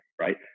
right